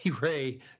Ray